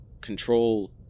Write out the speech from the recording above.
control